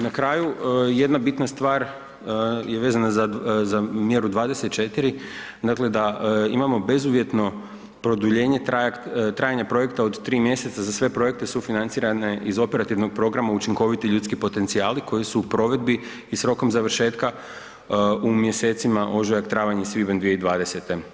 Na kraju, jedna bitna stvar je vezana za mjeru 24, dakle da imamo bezuvjetno produljenje trajanja projekta od 3 mjeseca za sve projekte sufinancirane iz operativnog programa „Učinkoviti ljudski potencijali“ koji su u provedbi i s rokom završetka u mjesecima ožujak, travanj i svibanj 2020.